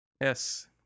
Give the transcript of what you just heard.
Yes